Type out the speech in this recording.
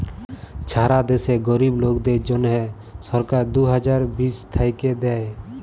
ছারা দ্যাশে গরীব লোকদের জ্যনহে সরকার দু হাজার বিশ থ্যাইকে দেই